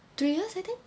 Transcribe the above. three years I think